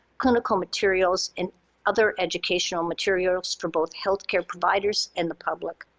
clinical materials, and other educational materials for both healthcare providers and the public.